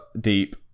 deep